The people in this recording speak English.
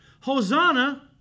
Hosanna